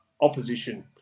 opposition